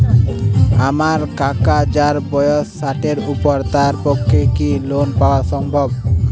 আমার কাকা যাঁর বয়স ষাটের উপর তাঁর পক্ষে কি লোন পাওয়া সম্ভব?